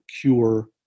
cure